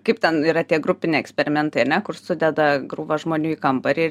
kaip ten yra tie grupiniai eksperimentai ane kur sudeda krūvą žmonių į kambarį ir